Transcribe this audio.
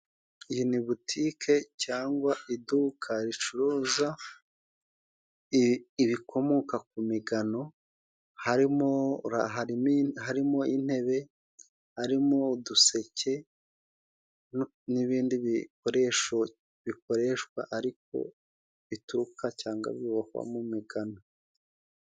Iyi ni butike cyangwa iduka ricuruza ibikomoka ku migano, harimo harim harimo intebe ,harimo uduseke n'ibindi bikoresho bikoreshwa ariko bituruka cyanga bibohwa mu migano.